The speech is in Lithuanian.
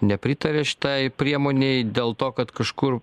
nepritarė šitai priemonei dėl to kad kažkur